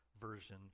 version